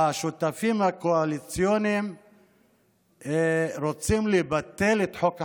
השותפים הקואליציוניים רוצים לבטל את חוק החשמל.